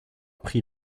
pris